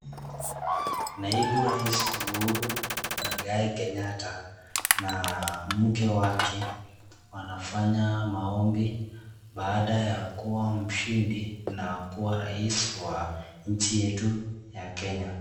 Naibu rais Uhuru Mwigai Kenyatta na mke wake wanafanya maombi baada ya kuwa mshindi na kuwa rais wa nchi yetu ya Kenya.